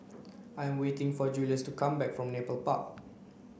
I am waiting for Julius to come back from Nepal Park